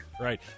Right